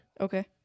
Okay